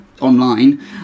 online